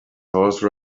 horse